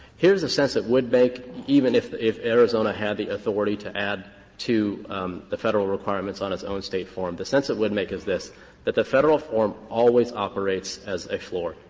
here is the sense it would make even if if arizona had the authority to add to the federal requirements on its own state form, the sense it would make is this that the federal form always operates as a form.